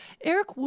Eric